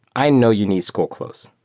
i know you need school clothes.